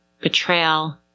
betrayal